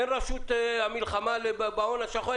אין הרשות למלחמה בהון השחור,